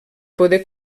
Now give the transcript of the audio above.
poder